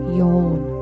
yawn